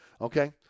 Okay